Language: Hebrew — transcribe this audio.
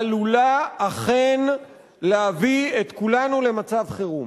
עלולה אכן להביא את כולנו למצב חירום.